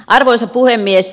arvoisa puhemies